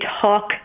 talk